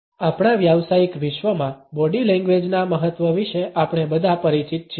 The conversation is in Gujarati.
2041 આપણા વ્યાવસાયિક વિશ્વમાં બોડી લેંગ્વેજના મહત્વ વિશે આપણે બધા પરિચિત છીએ